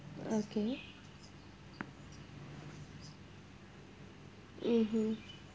okay mmhmm